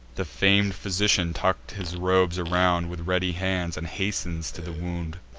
the fam'd physician tucks his robes around with ready hands, and hastens to the wound.